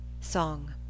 Song